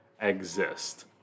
exist